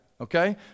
Okay